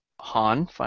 Han